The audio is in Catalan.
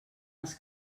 els